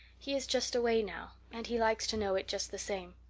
he is just away now and he likes to know it just the same.